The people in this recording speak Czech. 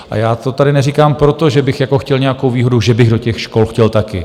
A já to tady neříkám proto, že bych jako chtěl nějakou výhodu, že bych do těch škol chtěl také.